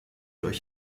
euch